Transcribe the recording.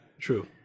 true